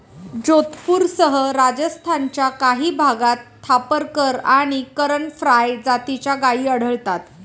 जोधपूरसह राजस्थानच्या काही भागात थापरकर आणि करण फ्राय जातीच्या गायी आढळतात